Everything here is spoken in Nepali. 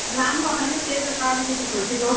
लानुपर्छ नि हौ त्यही त छ अलिकति खुसीको